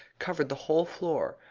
covered the whole floor,